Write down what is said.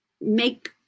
make